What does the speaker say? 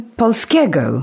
polskiego